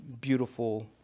beautiful